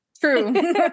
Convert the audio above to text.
True